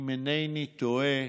אם אינני טועה,